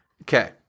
Okay